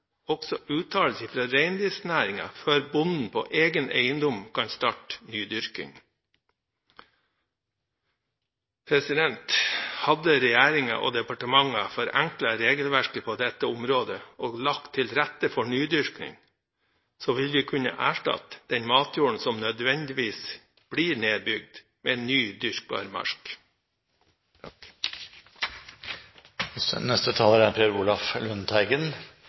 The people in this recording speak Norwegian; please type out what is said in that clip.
også uttalelser fra reindriftsnæringen før bonden på egen eiendom kan starte nydyrking. Hadde regjeringen og departementet forenklet regelverket på dette området og lagt til rette for nydyrking, ville vi kunne erstattet den matjorden som nødvendigvis blir nedbygd med ny dyrkbar mark. Jeg vil gi ros til landbruksministeren – han er